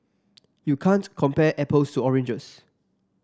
you can't compare apples to oranges